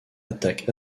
attaque